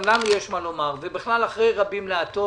גם לנו יש מה לומר, ובכלל אחרי רבים להטות.